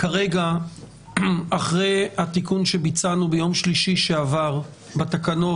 כרגע אחרי התיקון שביצענו ביום רביעי שעבר בתקנות